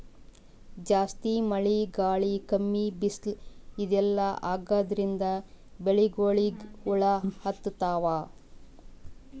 ಜಾಸ್ತಿ ಮಳಿ ಗಾಳಿ ಕಮ್ಮಿ ಬಿಸ್ಲ್ ಇದೆಲ್ಲಾ ಆಗಾದ್ರಿಂದ್ ಬೆಳಿಗೊಳಿಗ್ ಹುಳಾ ಹತ್ತತಾವ್